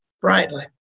brightly